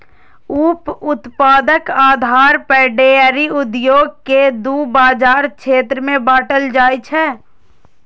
उप उत्पादक आधार पर डेयरी उद्योग कें दू बाजार क्षेत्र मे बांटल जाइ छै